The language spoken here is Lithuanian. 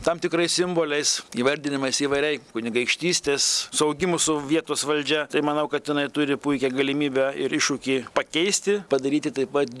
tam tikrais simboliais įvardinimais įvairiai kunigaikštystės suaugimu su vietos valdžia tai manau kad jinai turi puikią galimybę ir iššūkį pakeisti padaryti taip pat